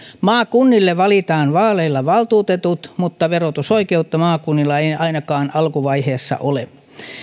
maakunnille valitaan vaaleilla valtuutetut mutta verotusoikeutta maakunnilla ei ei ainakaan alkuvaiheessa ole